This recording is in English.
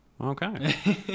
Okay